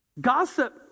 Gossip